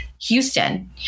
Houston